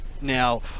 now